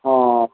हँ